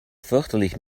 fürchterlich